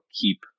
keep